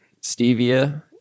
stevia